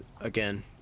again